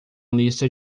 lista